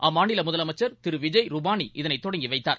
அம்மாநில முதலமைச்சர் திரு விஜய் ரூபாளி இதனை தொடங்கி வைத்தார்